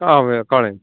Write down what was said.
हांवें कळ्ळे